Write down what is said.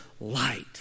light